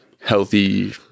healthy